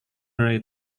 array